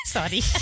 Sorry